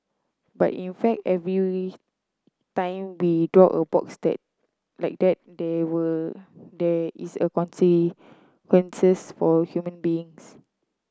but in fact every time we draw a box that like that there there is a consequences for human beings